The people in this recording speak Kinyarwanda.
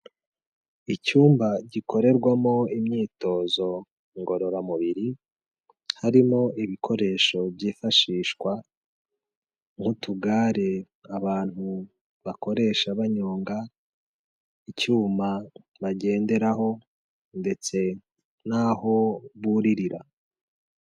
Icyumba gikorerwamo imyitozo ngororamubiri, harimo ibikoresho byifashishwa nk'utugare abantu bakoresha banyonga, icyuma bagenderaho ndetse n'aho buririra.